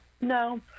No